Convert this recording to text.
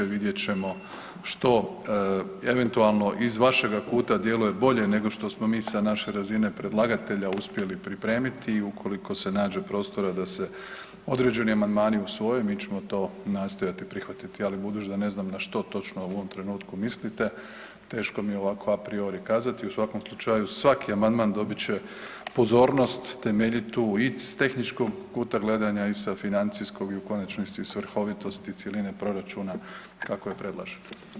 Vidjet ćemo što eventualno iz vašega kuta djeluje bolje nego što smo mi sa naše razine predlagatelja uspjeli pripremiti i ukoliko se nađe prostora da se određeni amandmani usvoje, mi ćemo to nastojati prihvatiti, ali budući da ne znam na što točno u ovom trenutku mislite, teško mi je ovako a priori kazati, u svakom slučaju svaki amandman dobit će pozornost temeljitu i s tehničkog kuta gledanja i sa financijskog i u konačnici svrhovitosti i cjeline proračuna kako je predložen.